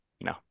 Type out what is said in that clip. No